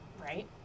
right